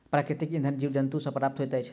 प्राकृतिक इंधन जीव जन्तु सॅ प्राप्त होइत अछि